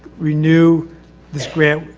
renew this grant,